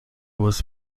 was